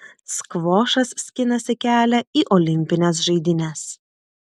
skvošas skinasi kelią į olimpines žaidynes